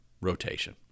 rotation